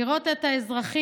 לראות את האזרחים,